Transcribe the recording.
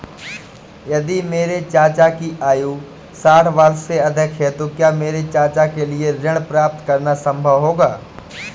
यदि मेरे चाचा की आयु साठ वर्ष से अधिक है तो क्या मेरे चाचा के लिए ऋण प्राप्त करना संभव होगा?